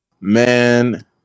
man